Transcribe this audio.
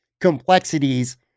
complexities